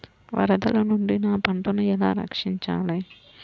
వరదల నుండి నా పంట పొలాలని ఎలా రక్షించాలి?